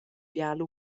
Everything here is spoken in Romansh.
biala